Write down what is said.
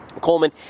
Coleman